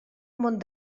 món